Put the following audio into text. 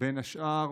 בין השאר,